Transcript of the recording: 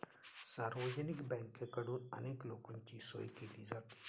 सार्वजनिक बँकेकडून अनेक लोकांची सोय केली जाते